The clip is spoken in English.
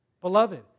Beloved